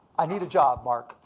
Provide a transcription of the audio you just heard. i need a job, mark.